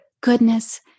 goodness